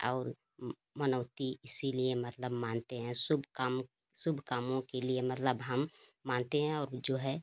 और मनौती इसलिए मतलब मानते हैं शुभ काम शुभ कामों के लिए मतलब हम मानते हैं और जो है